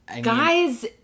Guys